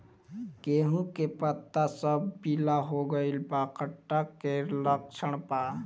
गेहूं के पता सब पीला हो गइल बा कट्ठा के लक्षण बा?